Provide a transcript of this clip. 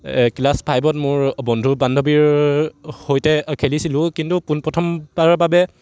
class ফাইভত মোৰ বন্ধু বান্ধৱীৰ সৈতে খেলিছিলোঁ কিন্তু পোনপথমবাৰৰ বাবে